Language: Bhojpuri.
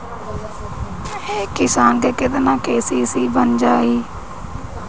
एक किसान के केतना के.सी.सी बन जाइ?